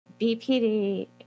BPD